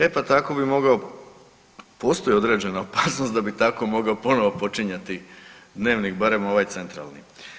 E pa tako bi mogao, postoji određena opasnost da bi tako mogao ponovo počinjati dnevnik barem ovaj centralni.